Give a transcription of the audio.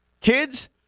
kids